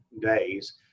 days